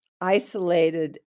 isolated